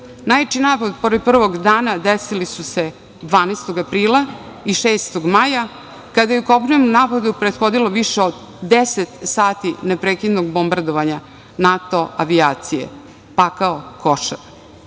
naboj, u prvim danima, desili su se 12. aprila i 6. maja, kada je kopnenom napadu prethodilo više od 10 sati neprekidnog bombardovanja NATO avijacije, pakao Košare. Do